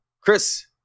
Chris